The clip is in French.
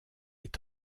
est